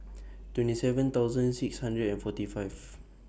twenty seven thousand six hundred and forty five